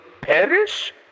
perish